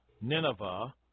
Nineveh